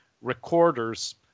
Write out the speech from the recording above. recorders